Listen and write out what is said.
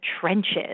trenches